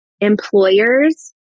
Employers